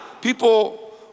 people